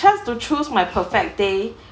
has to choose my perfect day